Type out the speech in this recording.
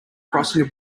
crossing